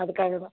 அதுக்காக தான்